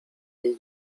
jej